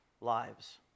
lives